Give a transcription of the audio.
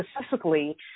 specifically